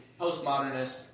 postmodernist